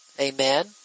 Amen